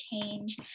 change